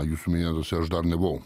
jūsų minėtose aš dar nebuvau